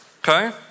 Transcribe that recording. Okay